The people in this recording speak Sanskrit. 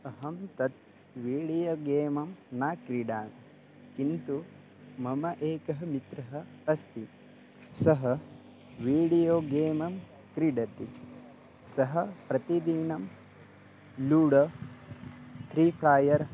अहं तत् वीडियो गेमं न क्रीडामि किन्तु मम एकं मित्रम् अस्ति सः वीडियो गेमं क्रीडति सः प्रतिदिनं लूडो त्री फ़्रायर्